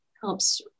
helps